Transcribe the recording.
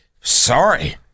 Sorry